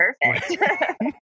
perfect